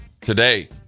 Today